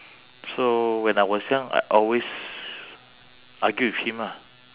so when I was young I always argue with him ah